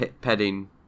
petting